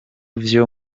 vyo